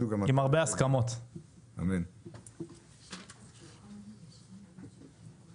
מי מאיתנו להציג,